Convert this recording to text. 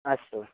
अस्तु